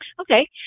Okay